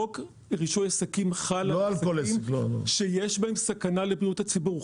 חוק רישוי עסקים חל על עסקים שיש בהם סכנה לבריאות הציבור.